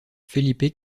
felipe